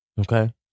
Okay